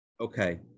Okay